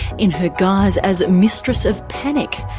in her guise as mistress of panic.